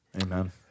Amen